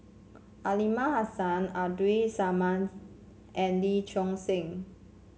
Aliman Hassan Abdul Samad and Lee Choon Seng